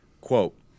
Quote